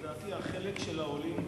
לדעתי החלק של העולים,